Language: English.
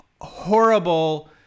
horrible